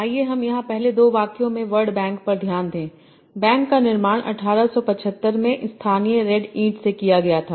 आइए हम यहां पहले दो वाक्यों में वर्ड बैंक पर ध्यान दें बैंक का निर्माण 1875 में स्थानीय रेड ईंट से किया गया था